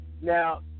Now